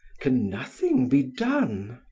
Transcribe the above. can nothing be done?